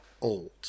old